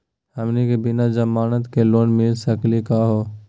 हमनी के बिना जमानत के लोन मिली सकली क हो?